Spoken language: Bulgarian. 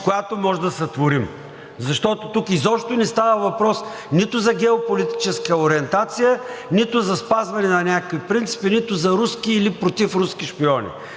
която можем да сътворим. Защото тук изобщо не става въпрос нито за геополитическа ориентация, нито за спазване на някакви принципи, нито за руски или против руски шпиони.